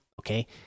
okay